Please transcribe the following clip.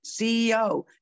CEO